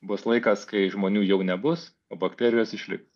bus laikas kai žmonių jau nebus o bakterijos išliks